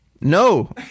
No